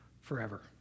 forever